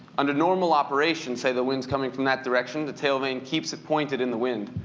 under normal operation, say the wind's coming from that direction, the tale vane keeps it pointed in the wind.